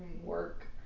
work